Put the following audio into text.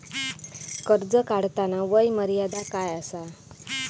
कर्ज काढताना वय मर्यादा काय आसा?